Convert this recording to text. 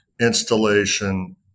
installation